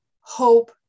hope